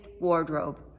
wardrobe